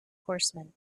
horsemen